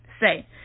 Say